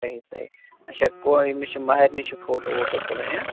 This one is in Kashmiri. صحیح صحیح اَچھا گوٚو أمِس چھُ مَہرنہِ چھِ فوٹوٗ ووٹو تُلٕنۍ